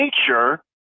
nature